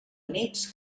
units